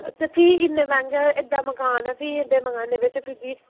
फ्ही इन्ने मैंह्गे एह्डा मकान ऐ फ्ही एह्ड़े मकानै बिच फिर बी